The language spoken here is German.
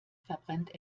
verbrennt